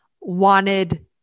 wanted